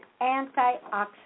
antioxidant